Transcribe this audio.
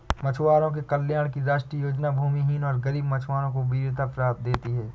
मछुआरों के कल्याण की राष्ट्रीय योजना भूमिहीन और गरीब मछुआरों को वरीयता देती है